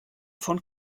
von